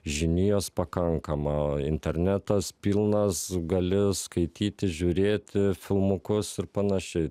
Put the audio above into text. žinijos pakankama internetas pilnas gali skaityti žiūrėti filmukus ir panašiai